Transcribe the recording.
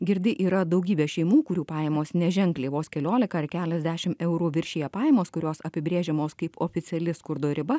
girdi yra daugybė šeimų kurių pajamos neženkliai vos keliolika ar keliasdešim eurų viršija pajamas kurios apibrėžiamos kaip oficiali skurdo riba